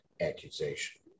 accusation